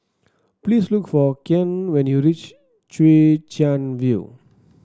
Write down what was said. please look for Kian when you reach Chwee Chian View